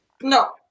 No